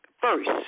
first